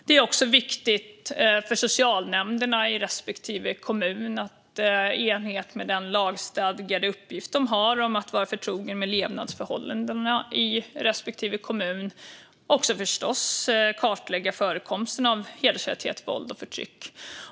Det är också viktigt för socialnämnden i respektive kommun att i enlighet med den lagstadgade uppgift man har att vara förtrogen med levnadsförhållandena i respektive kommun kartlägga förekomsten av hedersrelaterat våld och förtryck.